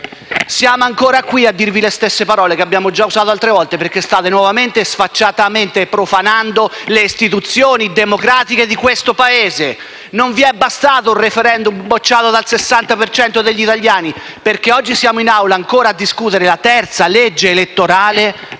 Siamo ancora qui a dirvi le stesse parole che abbiamo usato altre volte perché state nuovamente e sfacciatamente profanando le istituzioni democratiche di questo Paese. Non vi è bastato un *referendum* bocciato dal 60 per cento degli italiani, perché oggi siamo in Assemblea a discutere la terza legge elettorale